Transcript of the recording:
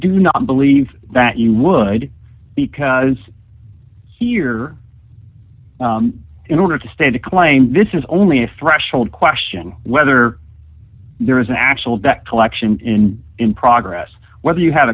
do not believe that you would because here in order to state a claim this is only a threshold question whether there is an actual debt collection in in progress whether you ha